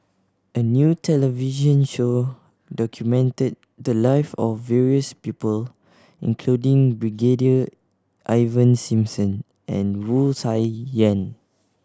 a new television show documented the live of various people including Brigadier Ivan Simson and Wu Tsai Yen